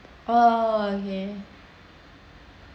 oh ya